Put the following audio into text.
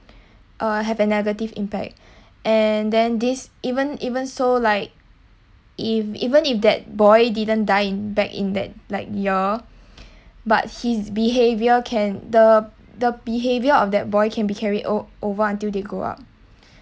uh have a negative impact and then this even even so like if even if that boy didn't die in back in that like year but his behaviour can the the behaviour of that boy can be carried o~ over until they grow up